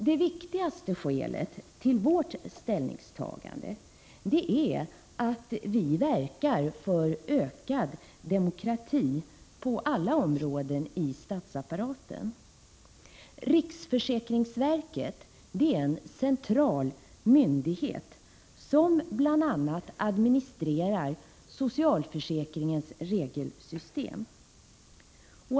Det viktigaste skälet till vårt ställningstagande är att vi verkar för ökad demokrati på alla områden i statsapparaten. Riksförsäkringsverket är en central myndighet som bl.a. administrerar socialförsäkringens regelsystem.